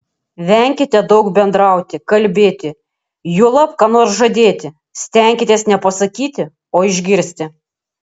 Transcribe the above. venkite daug bendrauti kalbėti juolab ką nors žadėti stenkitės ne pasakyti o išgirsti